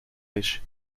riche